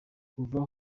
kuva